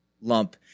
lump